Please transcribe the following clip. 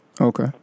Okay